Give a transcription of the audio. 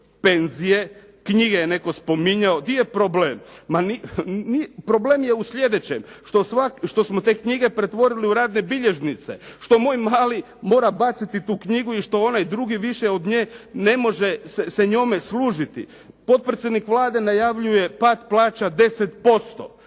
penzije, knjige je netko spominjao. Gdje je problem? Problem je u sljedećem, što smo te knjige pretvorili u radne bilježnice, što moj mali mora baciti tu knjigu i što onaj drugi više od nje ne može se njome služiti. Potpredsjednik Vlade najavljuje pad plaća 10%.